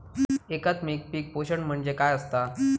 एकात्मिक पीक पोषण म्हणजे काय असतां?